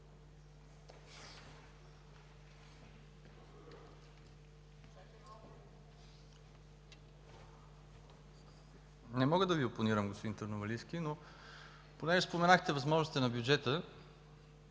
Не мога да Ви опонирам, господин Търновалийски. Понеже споменахте възможностите на бюджета,